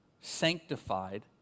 sanctified